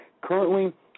Currently